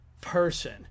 person